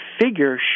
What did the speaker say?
figure